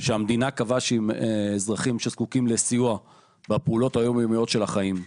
שהמדינה קבעה שהם אזרחים שזקוקים לסיוע בפעולות היום-יומיות של החיים.